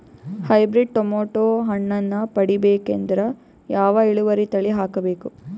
Hybrid tomato ಹಣ್ಣನ್ನ ಪಡಿಬೇಕಂದರ ಯಾವ ಇಳುವರಿ ತಳಿ ಹಾಕಬೇಕು?